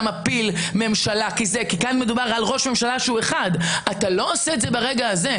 המבצעת כי לא ראוי שיכהן בראש הרשות המבצעת מי שחשוד